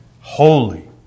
holy